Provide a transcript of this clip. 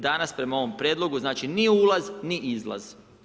Danas prema ovom prijedlogu, znači ni ulaz ni izlaz.